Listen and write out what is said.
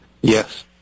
Yes